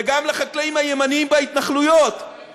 וגם לחקלאים הימנים בהתנחלויות,